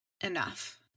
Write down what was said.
enough